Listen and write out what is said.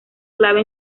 clave